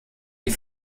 die